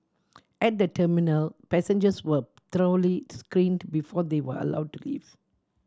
at the terminal passengers were thoroughly screened before they were allowed to leave